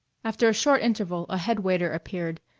after a short interval a head waiter appeared,